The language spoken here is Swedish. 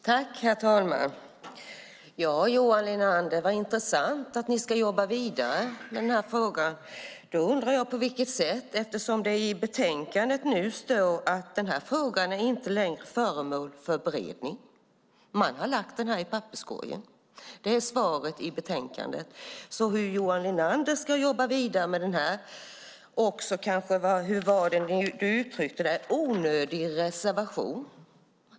Herr talman! Så intressant, Johan Linander, att ni ska jobba vidare med den här frågan. Jag undrar på vilket sätt, eftersom det i betänkandet står att frågan inte längre är föremål för beredning. Man har slängt den i papperskorgen. Det är svaret i betänkandet. Hur ska Johan Linander jobba vidare med en fråga som inte längre bereds, med, som han uttryckte det, en onödig reservation?